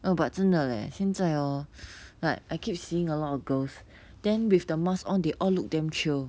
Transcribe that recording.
oh but 真的 leh 现在 hor like I keep seeing a lot of girls then with the mask on they all look damn chio